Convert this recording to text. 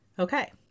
Okay